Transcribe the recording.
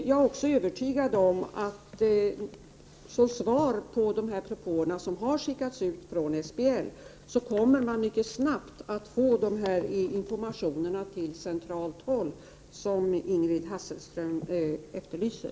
Jag är också övertygad om att man genom svaren på de propåer som har skickats ut från SBL på centralt håll mycket snabbt kommer att få den information som Ingrid Hasselström Nyvall efterlyser.